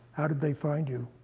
how did they find you?